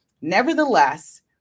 Nevertheless